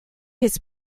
his